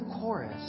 chorus